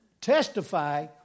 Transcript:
testify